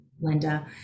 Linda